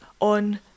on